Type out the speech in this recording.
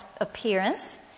appearance